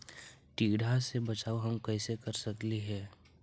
टीडा से बचाव हम कैसे कर सकली हे?